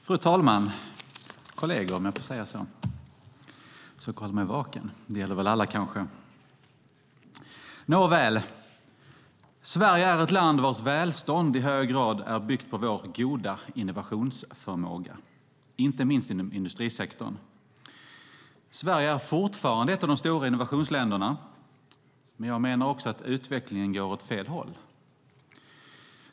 Fru talman! Kolleger, om jag får säga så! Jag ska försöka hålla mig vaken. Det gäller väl alla kanske. Nåväl, Sverige är ett land vars välstånd i hög grad är byggt på vår goda innovationsförmåga, inte minst inom industrisektorn. Sverige är fortfarande ett av de stora innovationsländerna, men jag menar också att utvecklingen går åt fel håll.